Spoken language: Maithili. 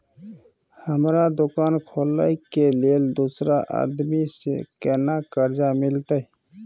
हमरा दुकान खोले के लेल दूसरा आदमी से केना कर्जा मिलते?